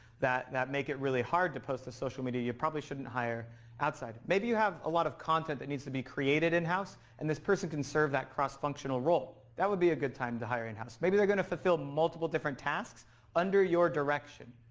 that that make it really hard to post to social media. you probably shouldn't hire outside. maybe you have a lot of content that needs to be created in house, and this person can serve this cross functional role. that would be a good time to hire in house. maybe they're gonna fulfill multiple different tasks under your direction.